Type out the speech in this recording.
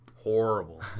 Horrible